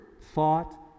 thought